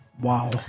wow